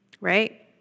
right